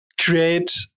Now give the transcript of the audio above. create